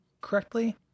correctly